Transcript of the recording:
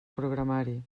programari